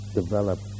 develop